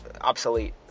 obsolete